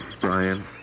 Brian